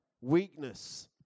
weakness